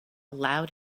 loud